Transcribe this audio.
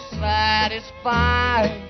satisfied